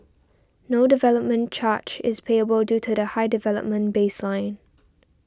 no development charge is payable due to the high development baseline